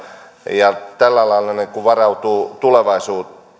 ja tällä lailla varautumaan tulevaisuuteen